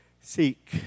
seek